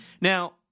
Now